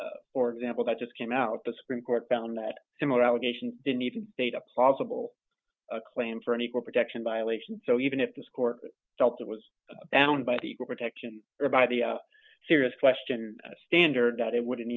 case for example that just came out the supreme court found that similar allegations didn't even date a possible a claim for an equal protection violation so even if this court felt it was bound by the protection or by the serious question standard that it wouldn't